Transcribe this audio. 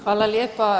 Hvala lijepa.